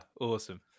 awesome